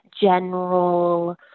general